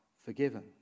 forgiven